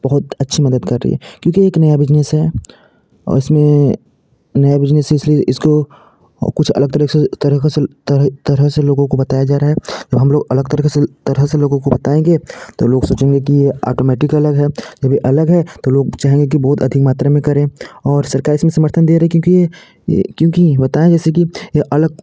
बहुत अच्छी मदद कर रही है क्योंकि एक नया बिजनेस है और इसमें नए बिजनेस इसको इसलिए कुछ अलग तरह से तरकसल तरह से लोगों को बताया जा रहा है जो हम लोग अलग तरकसल तरह से लोगों को बताएँगे तो लोग सोचेंगे की ये आटोमेटिक अलग है जब ये अलग है तो लोग चाहेंगे की बहुत अधिक मात्रा में करें और सरकार इसमें समर्थन दे रही है क्योंकि ये क्योंकि बताए जैसे कि ये अलग